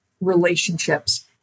relationships